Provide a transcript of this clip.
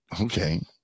okay